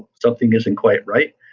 something isn't quite right,